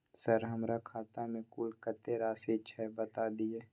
Sir हमरा खाता में कुल कत्ते राशि छै बता दिय?